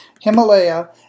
Himalaya